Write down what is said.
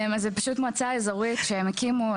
אז זה פשוט מועצה אזורית שהם הקימו,